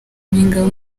nyampinga